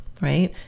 right